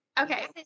Okay